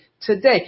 today